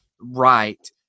right